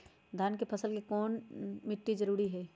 धान के फसल के लेल कौन मिट्टी जरूरी है?